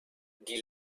die